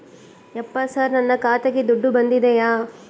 ಯಪ್ಪ ಸರ್ ನನ್ನ ಖಾತೆಗೆ ದುಡ್ಡು ಬಂದಿದೆಯ?